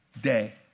day